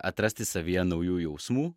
atrasti savyje naujų jausmų